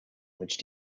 which